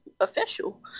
official